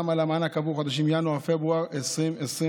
על המענק עבור חודשים ינואר ופברואר 2021,